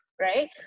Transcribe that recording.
right